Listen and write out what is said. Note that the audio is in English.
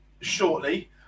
shortly